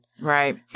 Right